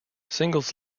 singles